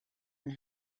and